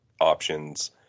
options